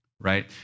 right